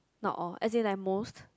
not all as in like most